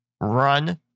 run